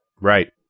right